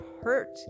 hurt